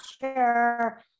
sure